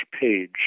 page